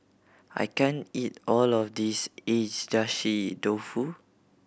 I can't eat all of this Agedashi Dofu